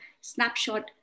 snapshot